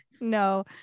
No